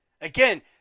Again